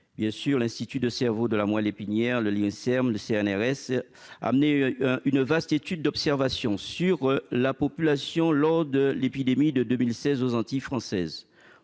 Martinique, l'Institut du cerveau et de la moelle épinière, l'Inserm et le CNRS, a mené une vaste étude d'observation de la population lors de l'épidémie de 2016 aux Antilles françaises.